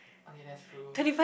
okay that's true